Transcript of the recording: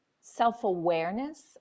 self-awareness